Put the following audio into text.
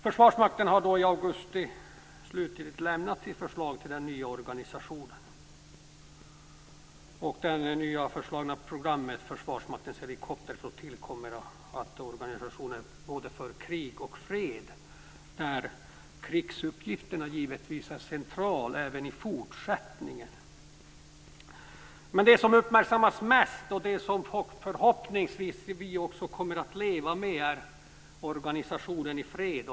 Försvarsmakten har i augusti lämnat sitt slutliga förslag till den nya organisationen. Det nya föreslagna programmet för Försvarsmaktens helikopterflottilj gäller organisationen både för krig och fred. Krigsuppgifterna är givetvis centrala även i fortsättningen. Men det som uppmärksammats mest och som vi förhoppningsvis också kommer att leva med är organisationen i fred.